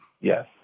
Yes